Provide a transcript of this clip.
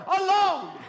alone